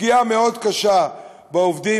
פגיעה מאוד קשה בעובדים,